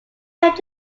helped